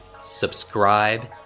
Subscribe